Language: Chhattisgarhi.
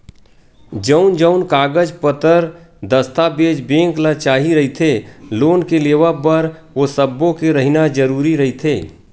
जउन जउन कागज पतर दस्ताबेज बेंक ल चाही रहिथे लोन के लेवब बर ओ सब्बो के रहिना जरुरी रहिथे